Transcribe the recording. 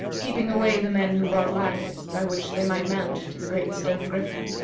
keeping away the men who brought ladders, by which they might mount to the great stone griffin,